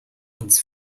uns